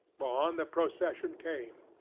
on the procession came.